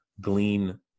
glean